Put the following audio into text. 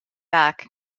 back